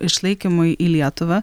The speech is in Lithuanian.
išlaikymui į lietuvą